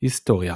היסטוריה